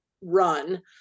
run